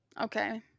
Okay